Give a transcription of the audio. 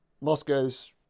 Moscow's